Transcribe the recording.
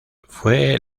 fue